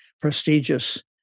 prestigious